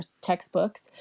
textbooks